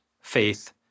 faith